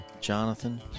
jonathan